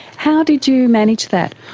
how did you manage that?